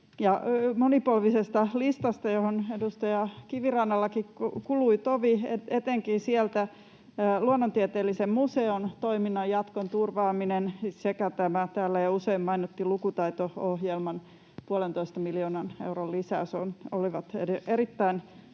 monipolvisesta listasta, johon edustaja Kivirannallakin kului tovi. Sieltä etenkin Luonnontieteellisen museon toiminnan jatkon turvaaminen sekä täällä jo usein mainittu lukutaito-ohjelman puolentoista miljoonan euron lisäys